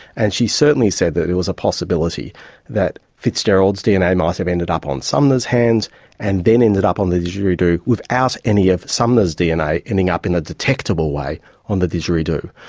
and she certainly said that it was a possibility that fitzgerald's dna might have ended up on sumner's hands and then ended up on the didgeridoo without any of sumner's dna ending up in a detectable way on the didgeridoo.